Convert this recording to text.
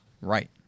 Right